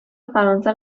فرانسه